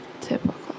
Typical